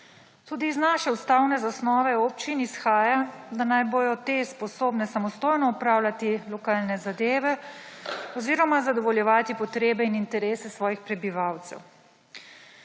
Tudi z naše ustavne zasnove občin izhaja, da naj bodo te sposobne samostojno opravljati lokalne zadeve oziroma zadovoljevati potrebe in interese svojih prebivalcev.